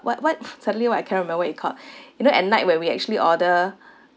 what what suddenly what I cannot remember what it called you know at night when we actually order